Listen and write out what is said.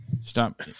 Stop